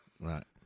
right